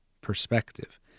perspective